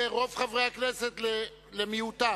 מרוב חברי הכנסת למיעוטם,